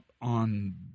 on